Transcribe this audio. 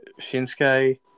Shinsuke